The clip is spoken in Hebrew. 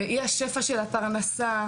והיא שפע של הפרנסה,